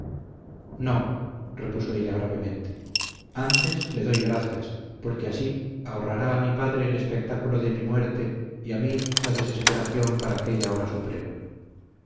no repuso ella gravemente antes le doy gracias porque así ahorrará a mi padre el espectáculo de mi muerte y a mí la desesperación para aquella hora suprema